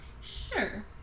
Sure